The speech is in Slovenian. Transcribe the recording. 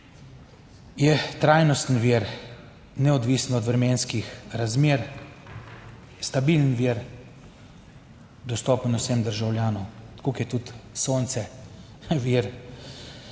Je trajnostni vir, neodvisen od vremenskih razmer, stabilen vir, dostopen vsem državljanom, tako kot je tudi sonce vir,